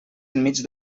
enmig